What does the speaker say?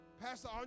Pastor